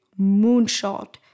moonshot